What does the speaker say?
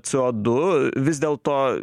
c o du vis dėlto